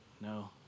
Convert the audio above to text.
No